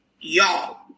y'all